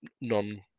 non